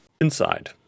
Inside